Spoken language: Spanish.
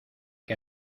que